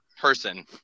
person